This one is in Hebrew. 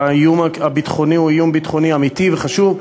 והאיום הביטחוני הוא איום ביטחוני אמיתי וחמור,